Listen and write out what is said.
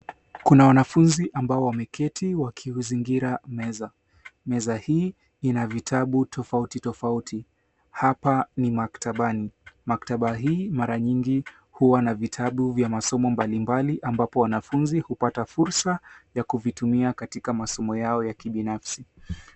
Kuna wanafunzi ambao wameketi wakiuzingira meza. Meza hii ina vitabu tofauti tofauti. Hapa ni maktabani, maktaba hii mara nyingi huwa na vitabu vya masomo mbalimbali ambapo wanafunzi hupata fursa ya kuvitumia katika masomo yao ya kibinafsi.